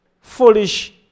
foolish